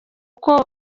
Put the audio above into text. uko